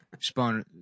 Spawn